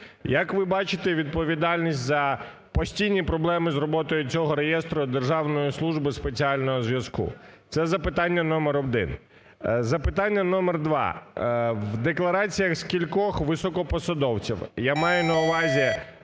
Як ви бачите відповідальність за постійні проблеми з роботою цього реєстру Державної служби спеціального зв'язку? Це запитання номер один. Запитання номер два. В деклараціях скількох високопосадовців, я маю на увазі